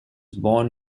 born